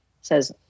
says